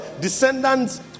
descendants